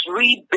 Three